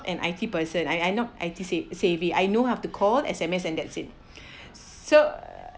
an I_T person I I not I_T sa~ savvy I know how to call and S_M_S and that's it so